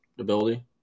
ability